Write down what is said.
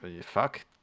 fuck